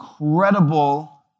incredible